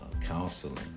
counseling